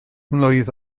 mlwydd